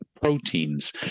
proteins